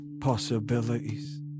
possibilities